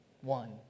One